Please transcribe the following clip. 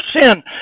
sin